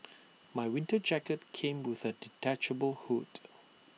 my winter jacket came with A detachable hood